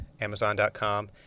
Amazon.com